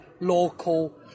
local